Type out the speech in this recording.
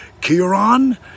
Kieran